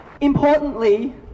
Importantly